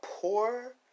poor